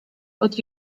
but